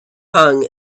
hung